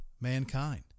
mankind